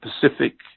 Pacific